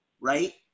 right